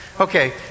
Okay